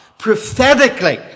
prophetically